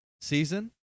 season